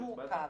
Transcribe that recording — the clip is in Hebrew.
זה יותר מורכב,